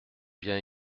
bien